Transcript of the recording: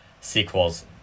sequels